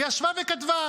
וישבה וכתבה.